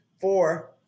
four